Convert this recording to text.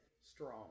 strong